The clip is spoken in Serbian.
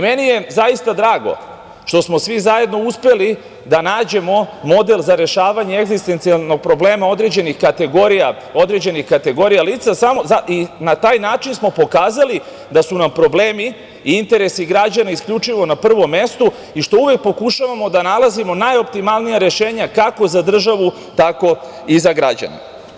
Meni je zaista drago što smo svi zajedno uspeli da nađemo model za rešavanje egzistencijalnog problema određenih kategorija lica i na taj način smo pokazali da su nam problemi i interesi građana isključivo na prvom mestu i što uvek pokušavamo da nalazimo najoptimalnija rešenja, kako za državu, tako i za građane.